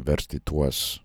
versti tuos